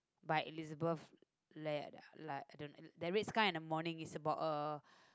by Elizabeth-L~ Li~ I don't the red sky in the morning is about a